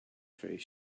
face